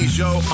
show